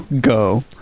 go